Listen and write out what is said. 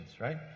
right